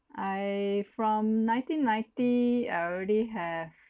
I from nineteen ninety I already have